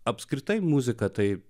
apskritai muzika taip